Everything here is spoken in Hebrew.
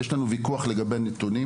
יש לנו ויכוח לגבי הנתונים